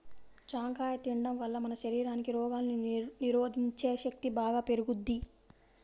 జాంకాయ తిండం వల్ల మన శరీరానికి రోగాల్ని నిరోధించే శక్తి బాగా పెరుగుద్ది